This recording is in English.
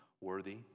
worthy